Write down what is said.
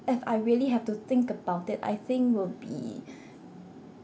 if I really have to think about it I think will be